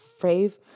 fave